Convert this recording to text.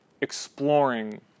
exploring